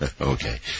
Okay